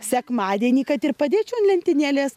sekmadienį kad ir padėčiau ant lentynėlės